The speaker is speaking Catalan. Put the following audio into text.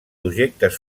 projectes